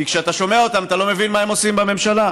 כי כשאתה שומע אותם אתה לא מבין מה הם עושים בממשלה.